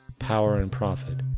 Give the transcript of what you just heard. power and profit,